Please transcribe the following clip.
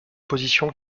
position